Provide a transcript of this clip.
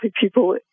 people